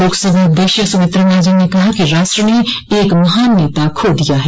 लोकसभा अध्यक्ष सुमित्रा महाजन ने कहा कि राष्ट्र ने एक महान नेता खो दिया है